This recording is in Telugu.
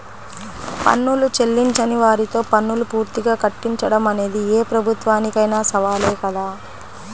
పన్నులు చెల్లించని వారితో పన్నులు పూర్తిగా కట్టించడం అనేది ఏ ప్రభుత్వానికైనా సవాలే కదా